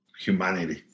humanity